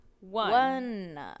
one